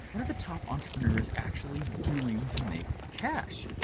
are the top entrepreneurs actually doing to make cash?